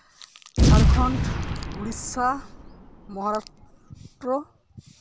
Jharkhand Odisha Maharashtra